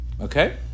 okay